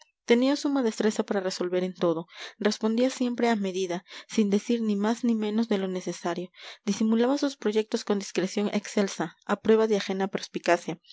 tenía suma destreza para resolver en todo respondía siempre a medida sin decir ni más ni menos de lo necesario disimulaba sus proyectos con discreción excelsa a prueba de ajena perspicacia